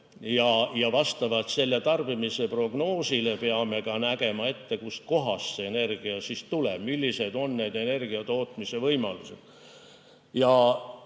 ja vastavalt sellele tarbimise prognoosile me peame ka ette nägema, kust kohast see energia siis tuleb, millised on energia tootmise võimalused. Ja